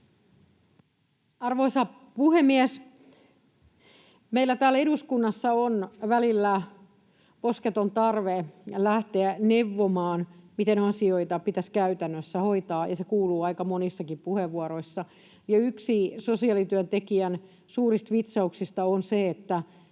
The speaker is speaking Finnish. Arvoisa puhemies! Meillä täällä eduskunnassa on välillä posketon tarve lähteä neuvomaan, miten asioita pitäisi käytännössä hoitaa, ja se kuuluu aika monissakin puheenvuoroissa. Yksi sosiaalityöntekijän suurista vitsauksista on se, että